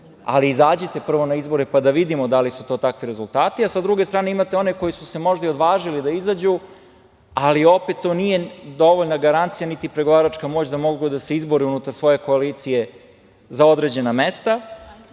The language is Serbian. ali izađite prvo na izbore, pa da vidimo da li su to takvi rezultati. Sa druge strane, imate one koji su se možda i odvažili da izađu, ali opet to nije dovoljna garancija niti pregovaračka moć da mogu da se izbore unutar svoje koalicije za određena mesta. Ono